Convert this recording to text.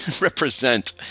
represent